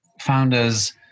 founders